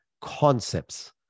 concepts